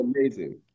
amazing